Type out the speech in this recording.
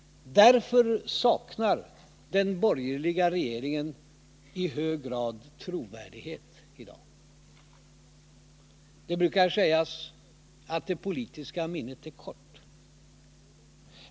Därför saknar den borgerliga regeringen i hög grad trovärdighet i dag. Det brukar sägas att det politiska minnet är kort.